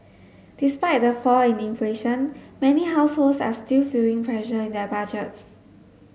despite the fall in inflation many households are still feeling pressure in their budgets